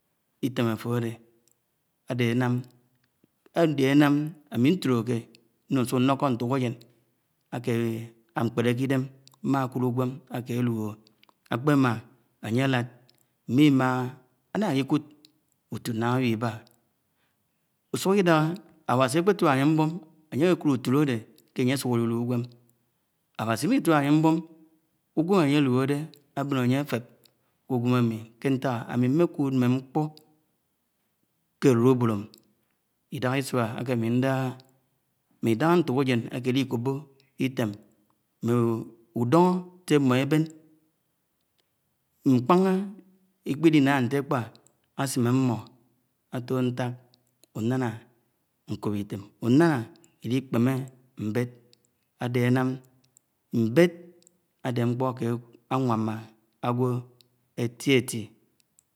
Ítém áfe ádé ánám áde ánám ámi ntújéké núo ṉsúk ñlokọ nto-ejen ake ákpéléké Ideṃ mmā kúd ugwem ake eluho, ák̄pémá ánye álád mmi-mmah, álái-kúd útúd náh áwịbá ūsūk Idáhá. Áwási ákpétuá ányẹ mbon ánye ákúd útúd áde ánye ásúk álúlú úgwém, Áwási mitúa ánye mb́ọm, ugwem anye aluho de ábén ánye áfép ké úgwém ámi ke nták? āmi mekud mmé kṕo ké élélébọd ámi Idáhá ísúń ke ami ndaha mme Idaha ntok ejéṉ eke miko̱bo̱, Itém m̄ṃọ údọnọ sē ām̱mo ébéṉ mmáhá Ikpil Inaha ntekpa asim ámmo ato ntok unana nkop item unana eíikṕené mbéd ade, anam mbed ade nkpọ ked aẃam̱a ágwọ eti éti.